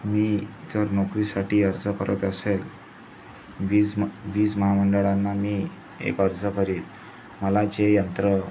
मी जर नोकरीसाठी अर्ज करत असेल वीज म वीज महामंडळांना मी एक अर्ज करील मला जे यंत्र